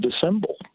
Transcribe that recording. dissemble